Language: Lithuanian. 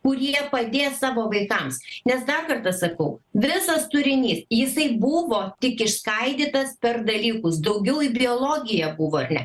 kurie padės savo vaikams nes dar kartą sakau visas turinys jisai buvo tik išskaidytas per dalykus daugiau į biologiją buvo ar ne